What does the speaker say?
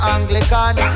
Anglican